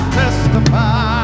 testify